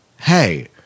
hey